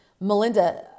Melinda